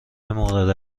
مورد